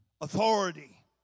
authority